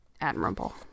admirable